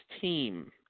team